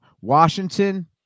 Washington